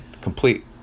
complete